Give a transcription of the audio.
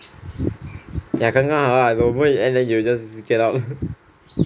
ya 刚刚好 lah the moment it end ah you will just get out